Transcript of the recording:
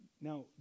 now